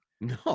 no